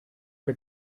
que